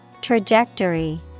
Trajectory